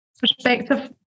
perspective